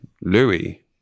Louis